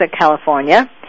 California